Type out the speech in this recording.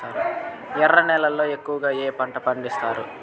ఎర్ర నేలల్లో ఎక్కువగా ఏ పంటలు పండిస్తారు